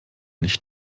nicht